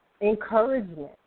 Encouragement